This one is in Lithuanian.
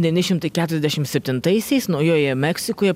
devyni šimtai keturiasdešim septintaisiais naujoje meksikoje